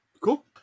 Cool